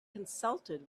consulted